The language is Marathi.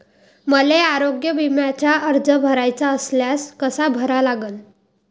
मले आरोग्य बिम्याचा अर्ज भराचा असल्यास कसा भरा लागन?